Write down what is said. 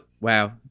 wow